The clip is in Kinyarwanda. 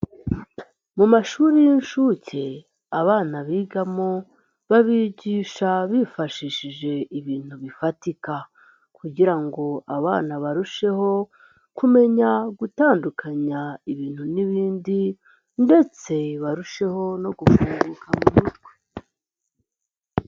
Mu mashuri y'inshuke abana bigamo b'abigisha bifashishije ibintu bifatika kugira ngo abana barusheho kumenya gutandukanya ibintu n'ibindi ndetse barusheho no gufunguka mu mutwe.